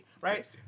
right